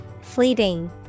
Fleeting